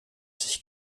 sich